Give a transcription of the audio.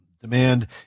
demand